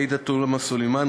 עאידה תומא סלימאן,